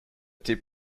tip